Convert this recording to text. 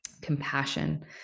Compassion